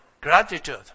Gratitude